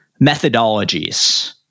methodologies